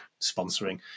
sponsoring